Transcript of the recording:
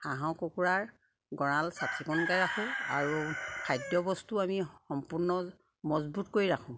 হাঁহৰ কুকুৰাৰ গঁৰাল চাফ চিকুণকে ৰাখোঁ আৰু খাদ্য বস্তু আমি সম্পূৰ্ণ মজবুত কৰি ৰাখোঁ